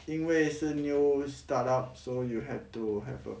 因为是 new startup so you have to have a